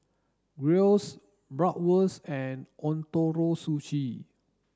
Bratwurst and Ootoro Sushi